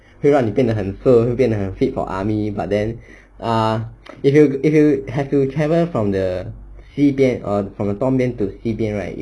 会让你变得很瘦会变得很 fit for army but then err if you if you have to travel from the 西边 or from the 东边 to 西边 right